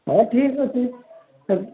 ହଁ ଠିକ୍ ଅଛେ ସେ